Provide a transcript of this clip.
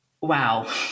Wow